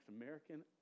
American